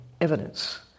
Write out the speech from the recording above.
evidence